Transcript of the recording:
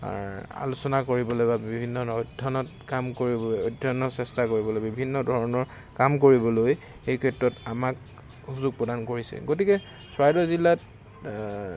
আলোচনা কৰিবলৈ বা বিভিন্ন অধ্যয়নত কাম কৰিবলৈ অধ্যয়নৰ চেষ্টা কৰিবলৈ বিভিন্ন ধৰণৰ কাম কৰিবলৈ সেই ক্ষেত্ৰত আমাক সুযোগ প্ৰদান কৰিছে গতিকে চৰাইদেউ জিলাত